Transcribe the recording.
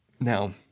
Now